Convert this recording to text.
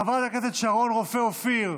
חברת הכנסת שרון רופא אופיר,